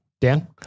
Dan